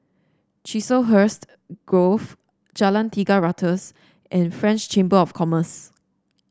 Chiselhurst Grove Jalan Tiga Ratus and French Chamber of Commerce